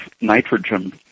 nitrogen